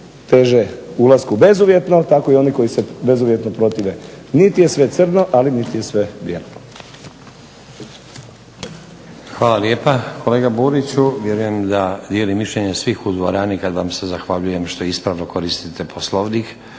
teže ulasku bezuvjetno, tako i oni koji se bezuvjetno protive. Niti je sve crno, ali niti je sve bijelo.